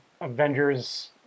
avengers